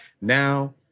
Now